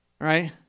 right